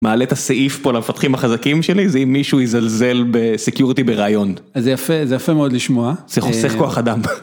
מעלה את הסעיף פה למפתחים החזקים שלי זה אם מישהו יזלזל בסקיורטי בראיון. זה יפה, זה יפה מאוד לשמוע. זה חוסך כוח אדם.